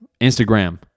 Instagram